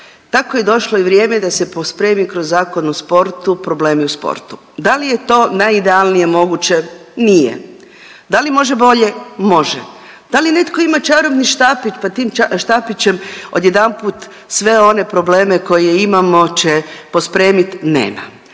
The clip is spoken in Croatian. Tako je došlo i vrijeme da se pospremi kroz Zakon o sportu problemi u sportu. Da li je to najidealnije moguće, nije. Da li može bolje? Može. Da li netko ima čarobni štapić, pa tim štapićem odjedanput sve one probleme koje imamo će pospremiti? Nema.